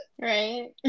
Right